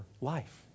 life